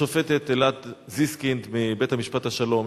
השופטת אילתה זיסקינד מבית-משפט השלום,